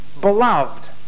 beloved